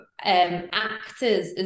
actors